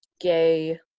gay